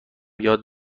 یاد